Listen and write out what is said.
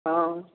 हँ